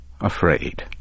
afraid